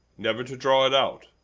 never to draw it out,